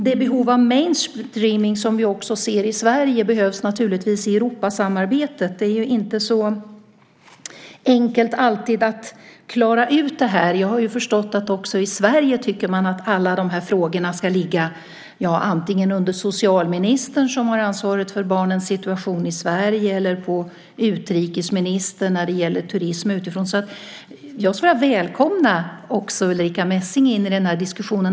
Det behov av mainstreaming som vi också ser i Sverige behövs naturligtvis i Europasamarbetet. Det är inte så enkelt alltid att klara ut det här. Jag har förstått att man också i Sverige tycker att alla de här frågorna ska ligga antingen under socialministern, som har ansvaret för barnens situation i Sverige, eller på utrikesministern när det gäller turism utifrån, så jag skulle vilja välkomna också Ulrica Messing in i den diskussionen.